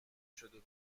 شده